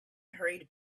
hurried